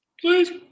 please